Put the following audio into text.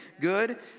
good